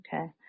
Okay